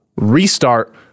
restart